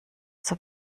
zur